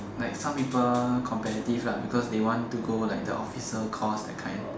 like some people competitive lah because they want to go like the officer course that kind